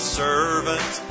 servant